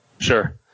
Sure